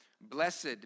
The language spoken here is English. blessed